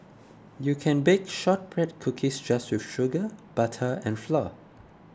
you can bake Shortbread Cookies just with sugar butter and flour